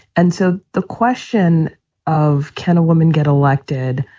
and so the question of can a woman get elected?